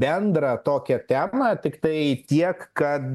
bendrą tokią temą tiktai tiek kad